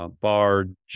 Bard